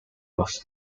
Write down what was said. was